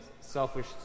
selfish